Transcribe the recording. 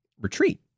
retreat